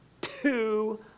two